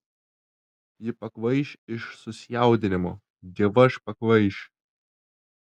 ji pakvaiš iš susijaudinimo dievaž pakvaiš